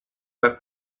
web